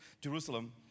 Jerusalem